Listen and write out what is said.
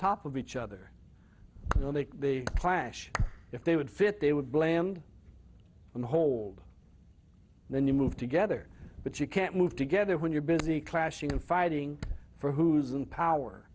top of each other and i think the clash if they would fit they would bland and hold then you move together but you can't move together when you're busy clashing and fighting for who's in power